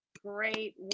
great